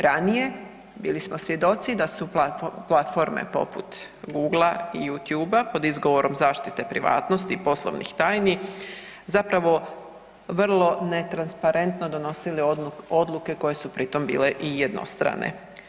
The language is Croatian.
Ranije bili smo svjedoci da su platforme poput Google-a i Youtube-a pod izgovorom zaštite privatnosti i poslovnih tajni zapravo vrlo netransparentno donosili odluke koje su pri tom bile i jednostrane.